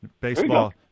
Baseball